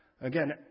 Again